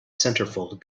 centerfold